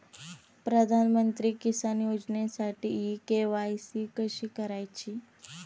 प्रधानमंत्री किसान योजनेसाठी इ के.वाय.सी कशी करायची?